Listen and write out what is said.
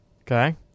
Okay